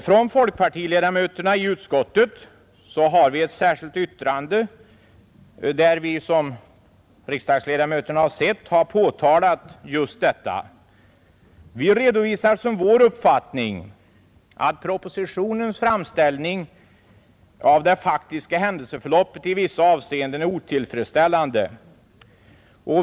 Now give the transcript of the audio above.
Från folkpartiledamöterna i utskottet har vi, som riksdagsledamöterna sett, i ett särskilt yttrande påtalat detta. Vi redovisar som vår uppfattning att propositionens framställning av det faktiska händelseförloppet i vissa avseenden är otillfredsställande.